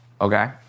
Okay